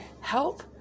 help